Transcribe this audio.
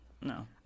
No